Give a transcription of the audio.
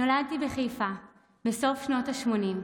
נולדתי בחיפה בסוף שנות השמונים,